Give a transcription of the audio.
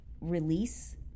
release